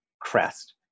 crest